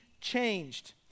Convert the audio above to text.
changed